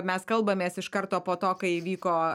mes kalbamės iš karto po to kai įvyko